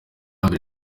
mbere